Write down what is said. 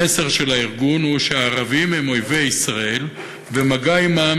המסר של הארגון הוא שהערבים הם אויבי ישראל ומגע עמם